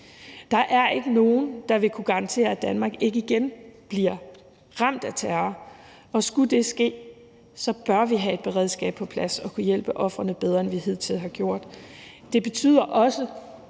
Der er ikke nogen, der vil kunne garantere, at Danmark ikke igen bliver ramt af terror, og skulle det ske, bør vi have et beredskab på plads, så vi kan hjælpe ofrene bedre, end vi hidtil har gjort.